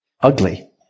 ugly